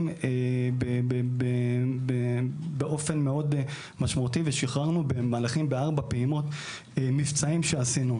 החזרים באופן משמעותי ושחררנו במהלכים בארבע פעימות מבצעים שעשינו,